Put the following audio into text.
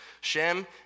Shem